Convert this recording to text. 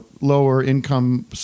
lower-income